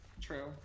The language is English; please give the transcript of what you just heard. True